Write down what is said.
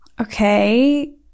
okay